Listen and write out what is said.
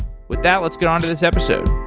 with that, let's get on to this episode.